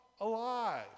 alive